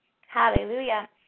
Hallelujah